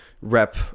rep